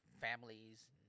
families